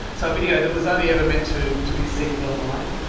so a video that was only ever meant to to be seeded online.